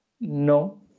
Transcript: No